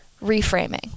reframing